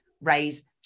raise